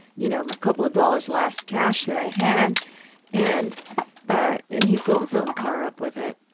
you know, a couple of dollars, last cash that i had and ah and he filled his own car up with it.